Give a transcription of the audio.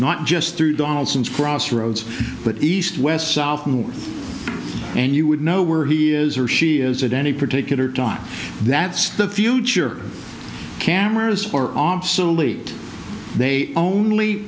not just through donaldson's crossroads but east west south and you would know where he is or she is at any particular time that's the future cameras for obsolete they only